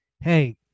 hey